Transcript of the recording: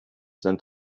than